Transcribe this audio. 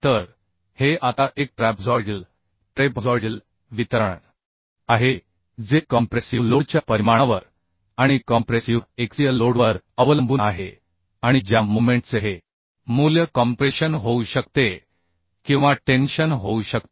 तर हे आता एक ट्रॅपझॉइडल वितरण आहे जे कॉम्प्रेसिव्ह लोडच्या परिमाणावर आणि कॉम्प्रेसिव्ह एक्सियल लोडवर अवलंबून आहे आणि ज्या मोमेंटचे हे मूल्य कॉम्प्रेशन होऊ शकते किंवा टेन्शन होऊ शकते